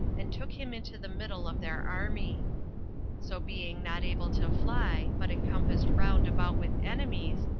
and took him into the middle of their army so being not able to fly, but encompassed round about with enemies,